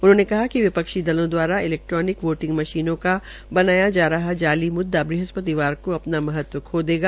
उन्होंने कहा कि विपक्षी दलों द्वारा इलैक्ट्रोनिक वोटिंग मशीनों का बनाया जा रहा जाली मुद्दा बृहस्पतिवार को अपना महत्व खो देगा